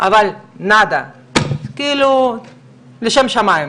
אבל נאדה, כאילו לשם שמים.